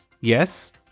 yes